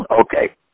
okay